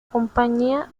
compañía